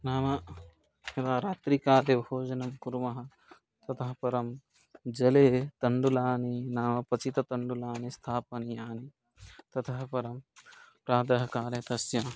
नाम व रात्रिकाले भोजनं कुर्मः ततः परं जले तण्डुलानि नाम क्वथिततण्डुलानि स्थापनीयानि ततः परं प्रातः काले तस्य